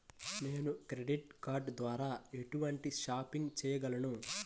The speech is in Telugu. నేను క్రెడిట్ కార్డ్ ద్వార ఎటువంటి షాపింగ్ చెయ్యగలను?